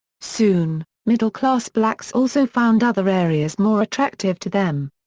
soon, middle class blacks also found other areas more attractive to them.